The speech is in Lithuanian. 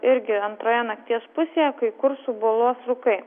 irgi antroje nakties pusėje kai kur suboluos rūkai